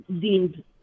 deemed